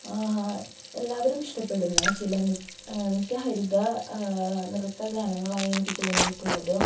എല്ലാവരും ഇഷ്ടപ്പെടുന്ന ചില നിത്യഹരിത നൃത്തഗാനങ്ങളായി എനിക്ക് തോന്നിയിട്ടുള്ളത്